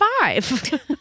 five